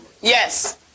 Yes